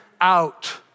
out